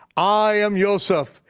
i am yoseph,